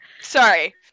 sorry